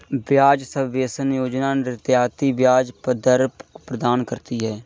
ब्याज सबवेंशन योजना रियायती ब्याज दर प्रदान करती है